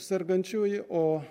sergančiųjų o